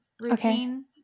routine